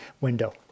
window